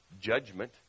judgment